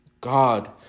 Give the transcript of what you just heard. God